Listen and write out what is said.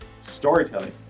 storytelling